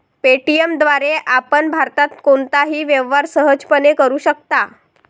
Paytm द्वारे आपण भारतात कोणताही व्यवहार सहजपणे करू शकता